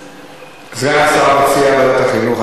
סגן השר מציע ועדת החינוך.